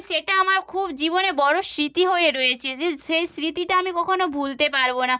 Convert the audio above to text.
সেটা আমার খুব জীবনে বড় স্মৃতি হয়ে রয়েছে যে সেই স্মৃতিটা আমি কখনও ভুলতে পারবো না